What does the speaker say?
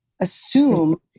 Assume